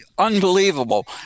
Unbelievable